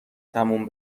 تموم